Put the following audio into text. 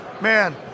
man